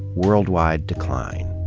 worldwide decline.